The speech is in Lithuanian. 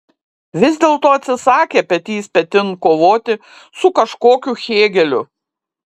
vis dėlto atsisakė petys petin kovoti su kažkokiu hėgeliu